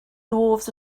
dwarves